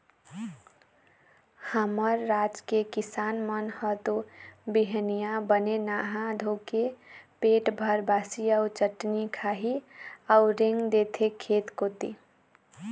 हमर राज के किसान मन ह तो बिहनिया बने नहा धोके पेट भर बासी अउ चटनी खाही अउ रेंग देथे खेत कोती